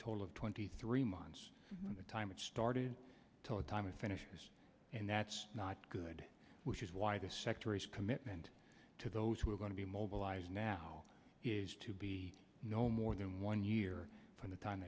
total of twenty three months on the time it started told time is finished and that's not good which is why the secretaries commitment to those who are going to be mobilized now is to be no more than one year from the time